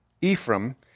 Ephraim